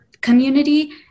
community